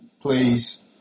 Please